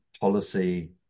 policy